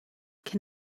can